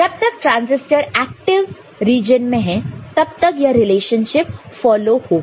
जब तक transistor active region में है तब तक यह रिलेशनशिप फ़ॉलो होगा